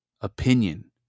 opinion